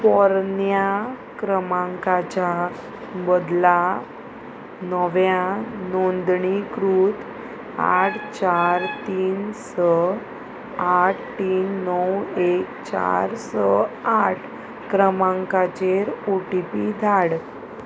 पोरन्या क्रमांकाच्या बदला नव्या नोंदणीकृत आठ चार तीन स आठ तीन णव एक चार स आठ क्रमांकाचेर ओ टी पी धाड